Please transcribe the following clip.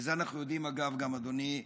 ואת זה אנחנו יודעים, אגב, גם, אדוני היושב-ראש,